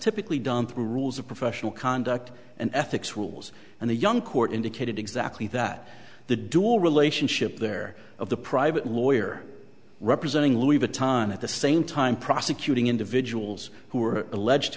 typically done through rules of professional conduct and ethics rules and the young court indicated exactly that the door relationship there of the private lawyer representing leave a time at the same time prosecute individuals who are alleged